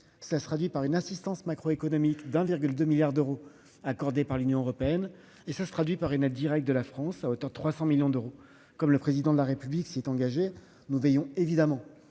l'a dit -, par une assistance macroéconomique de 1,2 milliard d'euros accordés par l'Union européenne, ainsi que par une aide directe de la France à hauteur de 300 millions d'euros. Comme le Président de la République s'y est engagé, nous veillons évidemment